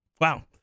Wow